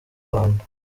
rwanda